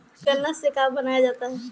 गान्ना से का बनाया जाता है?